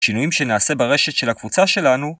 ‫שינויים שנעשה ברשת של הקבוצה שלנו,